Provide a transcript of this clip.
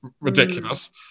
ridiculous